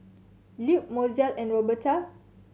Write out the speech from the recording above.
Lupe Mozell and Roberta